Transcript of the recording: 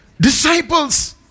disciples